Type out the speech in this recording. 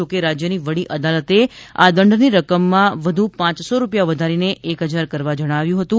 જો કે રાજ્યની વડી અદાલતે આ દંડની રકમમાં વધુ પાંચસો રૂપિયા વધારીને એક હજાર કરવા જણાવ્યું હતું